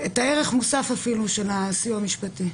את הערך המוסף של הסיוע המשפטי.